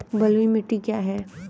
बलुई मिट्टी क्या है?